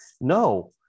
no